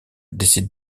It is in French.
décide